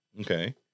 Okay